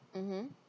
mmhmm